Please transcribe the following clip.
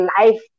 life